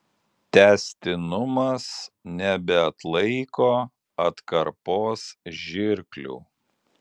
tęstinumas nebeatlaiko atkarpos žirklių